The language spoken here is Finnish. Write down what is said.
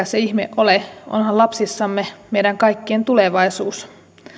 se ihme ole onhan lapsissamme meidän kaikkien tulevaisuus